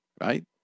right